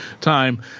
time